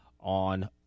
on